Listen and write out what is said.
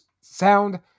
sound